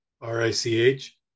R-I-C-H